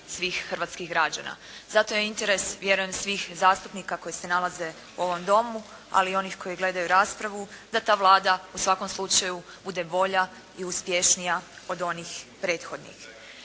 svih hrvatskih građana. Zato je interes vjerujem svih zastupnika koji se nalaze u ovom Domu, ali i onih koji gledaju raspravu, da ta Vlada u svakom slučaju bude bolja i uspješnija od onih prethodnih.